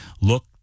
look